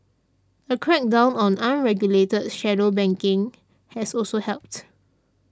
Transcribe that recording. a crackdown on unregulated shadow banking has also helped